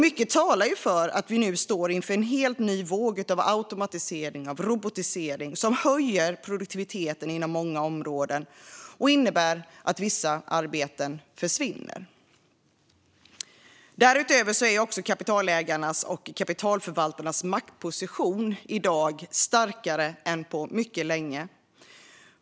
Mycket talar för att vi nu står inför en helt ny våg av automatisering och robotisering som höjer produktiviteten inom många områden och innebär att vissa arbeten försvinner. Därutöver är kapitalägarnas och kapitalförvaltarnas maktposition i dag starkare än på mycket länge.